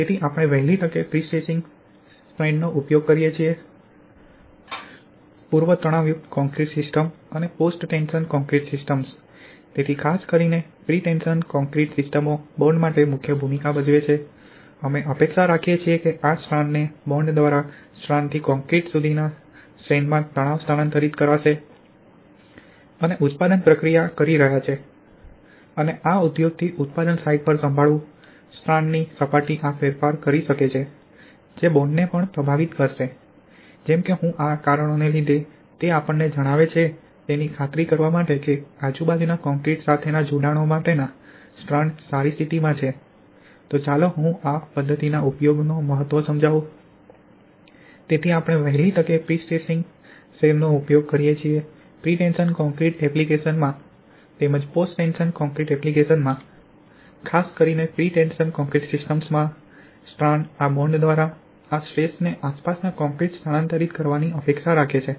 તેથી આપણે વહેલી તકે પ્રિસ્ટ્રેસિંગ સેરનો ઉપયોગ કરીએ છીએ પ્રિટેન્શન કોંક્રિટ એપ્લિકેશન્સમાં તેમજ પોસ્ટ ટેન્શન કોંક્રિટ એપ્લિકેશનમાં ખાસ કરીને પ્રીટેશન કોંક્રિટ સિસ્ટમમાં સ્ટ્રાન્ડ આ બોન્ડ દ્વારા આ સ્ટ્રેસને આસપાસના કોંક્રિટ સ્થાનાંતરિત કરવાની અપેક્ષા રાખે છે